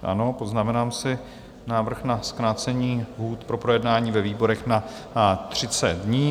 Ano, poznamenám si návrh na zkrácení lhůty pro projednání ve výborech na 30 dnů.